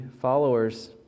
followers